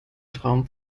traum